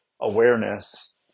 awareness